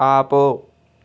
ఆపు